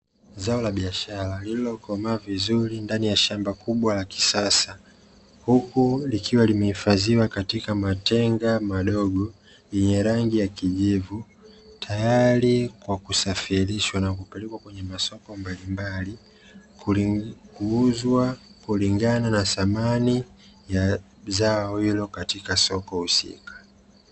Zao la biashara lililokomaa vizuri ndani ya shamba kubwa la kisasa huku likiwa limehifadhiwa katika matenga madogo yenye rangi ya kijivu, tayari kwa kusafirishwa na kupelekwa kwenye masoko mbalimbali kuuzwa kulingana na thamani ya zao hilo katika soko husika.